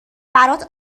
برات